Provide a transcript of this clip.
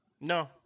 no